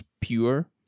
pure